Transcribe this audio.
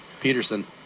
Peterson